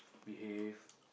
behave